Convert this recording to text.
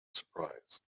surprise